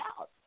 out